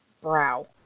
brow